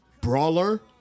brawler